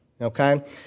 okay